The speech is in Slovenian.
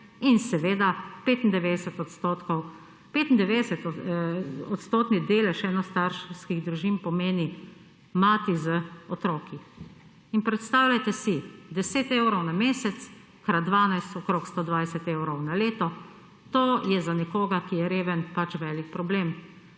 In seveda, 95 odstotni delež enostarševskih družin pomeni mati z otroki. In predstavljajte si 10 evrov na mesec krat 12, okrog 120 evrov na leto, to je za nekoga, ki je reven, pač velik problem.